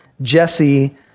Jesse